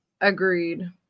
agreed